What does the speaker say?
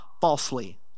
falsely